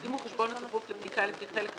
אם הוא חשבון הכפוף לבדיקה לפי חלק V,